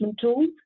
tools